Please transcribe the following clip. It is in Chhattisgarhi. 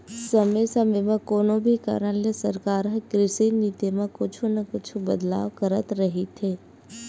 समे समे म कोनो भी कारन ले सरकार ह कृषि नीति म कुछु न कुछु बदलाव करत रहिथे